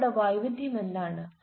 അവരുടെ വൈവിധ്യമെന്താണ്